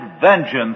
vengeance